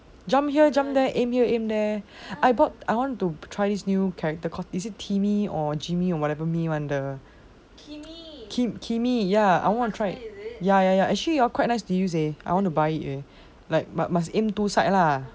jump here jump there aim here aim there I bought I want to try this new character called timmy or jimmy or whatever me one the kimmy ya I want try ya ya ya actually quite nice to use eh I want to buy it eh but must aim two side lah